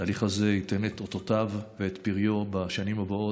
התהליך הזה ייתן את אותותיו ואת פריו בשנים הבאות,